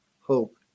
hope